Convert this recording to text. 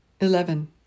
Eleven